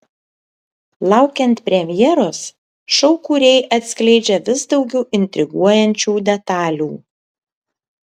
laukiant premjeros šou kūrėjai atskleidžia vis daugiau intriguojančių detalių